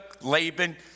laban